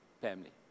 family